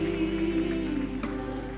Jesus